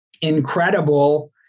incredible